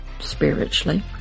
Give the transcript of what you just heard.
spiritually